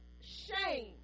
shame